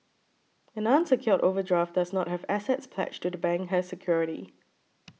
an unsecured overdraft does not have assets pledged to the bank as security